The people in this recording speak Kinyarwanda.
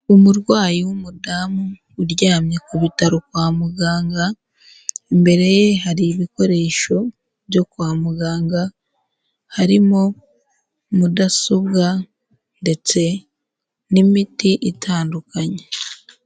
Umurwayi w'umudamu uryamye ku bitaro kwa muganga, imbere ye hari ibikoresho byo kwa muganga, harimo mudasobwa ndetse n'imiti itandukanye.